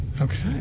okay